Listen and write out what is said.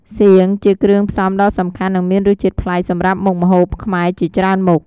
សៀង ជាគ្រឿងផ្សំដ៏សំខាន់ និងមានរសជាតិប្លែកសម្រាប់មុខម្ហូបខ្មែរជាច្រើនមុខ។